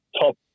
top